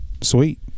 Sweet